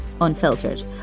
unfiltered